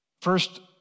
First